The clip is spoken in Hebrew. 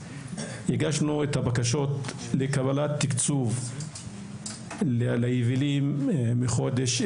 הגשנו את הבקשות לקבלת תקצוב ליבילים בחודש ינואר,